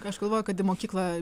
aš galvoju kad į mokyklą